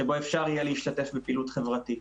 שבו אפשר יהיה להשתתף בפעילות חברתית.